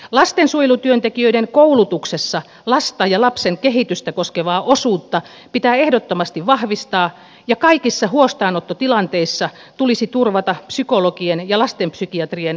lastensuojelutyöntekijöiden koulutuksessa lasta ja lapsen kehitystä koskevaa osuutta pitää ehdottomasti vahvistaa ja kaikissa huostaanottotilanteissa tulisi turvata psykologien ja lastenpsykiatrien konsultaatiomahdollisuudet